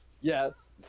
Yes